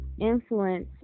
influence